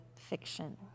fiction